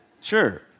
Sure